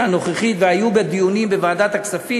הנוכחית והיו בדיונים בוועדת הכספים,